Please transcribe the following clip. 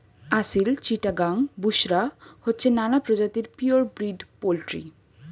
আসিল, চিটাগাং, বুশরা হচ্ছে নানা প্রজাতির পিওর ব্রিড পোল্ট্রি